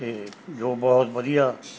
ਅਤੇ ਜੋ ਬਹੁਤ ਵਧੀਆ